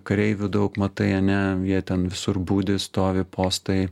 kareivių daug matai ane jie ten visur budi stovi postai